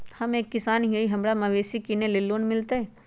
हम एक किसान हिए हमरा मवेसी किनैले लोन मिलतै?